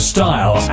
Style